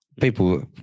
People